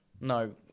No